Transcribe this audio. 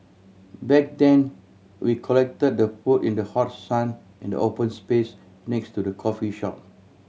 back then we collected the food in the hot sun in the open space next to the coffee shop